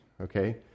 okay